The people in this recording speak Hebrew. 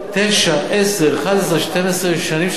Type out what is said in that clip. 09', 10', 11', 12' שנים של צמיחה.